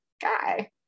guy